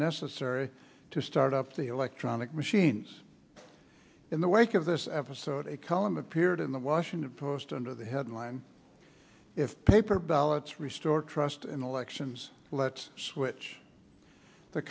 necessary to start up the electronic machines in the wake of this episode a column appeared in the washington post under the headline if paper ballots restore trust in elections let's switch the